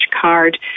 card